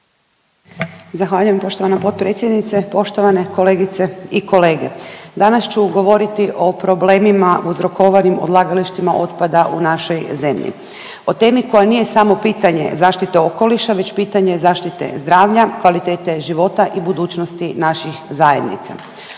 Zahvaljujem poštovana potpredsjednice. Poštovane kolegice i kolege. Danas ću govoriti o problemima uzrokovanim odlagalištima otpada u našoj zemlji. O temi koja nije samo pitanje zaštite okoliša već pitanje zaštite zdravlja, kvalitete života i budućnosti naših zajednica.